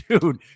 Dude